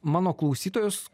mano klausytojus